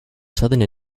southern